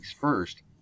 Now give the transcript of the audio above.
first